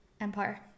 empire